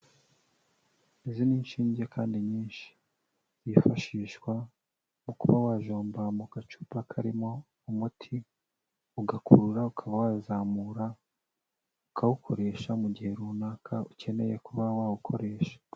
Izi ni nshinge kandi nyinshi. Zifashishwa mu kuba wajomba mu gacupa karimo umuti, ugakurura ukaba wazamura ukawukoresha mu gihe runaka ukeneye kuba wawukoresha.